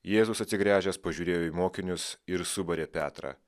jėzus atsigręžęs pažiūrėjo į mokinius ir subarė petrą